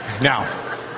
Now